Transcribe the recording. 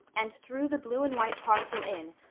and threw the blue and white parcel in,